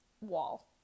wall